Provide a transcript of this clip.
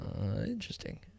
Interesting